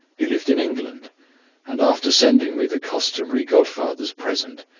he lived in england and, after sending me the customary godfather's present,